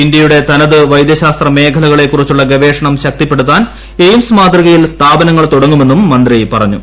ഇന്ത്യയുടെ തനത് വൈദൃശാസ്ത്ര മേഖലകളെക്കുറിച്ചുള്ള ഗവേഷണം ശക്തിപ്പെടുത്താൻ എയിംസ് മാതൃകയിൽ സ്ഥാപനങ്ങൾ തുടങ്ങുമെന്നും മന്ത്രി പറഞ്ഞു